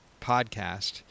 podcast